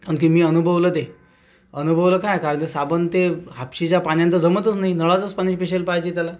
कारण की मी अनुभवलं ते अनुभवलं काय काय साबण ते हापसीच्या पाण्यानं तर जमतच नाही नळाचंच पाणी पेशल पाहिजे त्याला